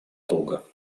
друга